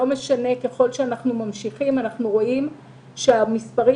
ככל שאנחנו ממשיכים אנחנו רואים שהמספרים